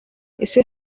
ese